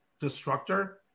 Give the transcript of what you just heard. destructor